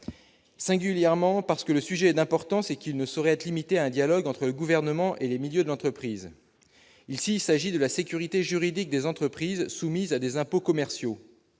singulièrement parce que le sujet est d'importance et qu'il ne saurait être limité à un dialogue entre le gouvernement et les milieux de l'entreprise, il s'il s'agit de la sécurité juridique des entreprises soumises à des impôts commerciaux